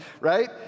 right